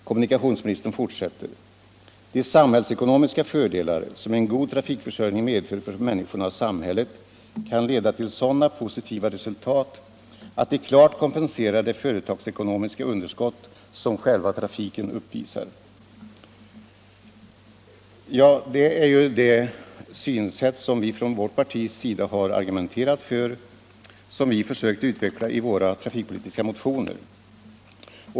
Kommunikationsministern fortsätter: De samhällsekonomiska fördelar som en god trafikförsörjning medför för människorna och samhället kan leda till sådana positiva resultat att de klart kompenserar det företagsekonomiska underskott som själva trafiken uppvisar. Detta är ett synsätt som vi från vårt parti har argumenterat för och som vi försökt utveckla i våra trafikpolitiska motioner.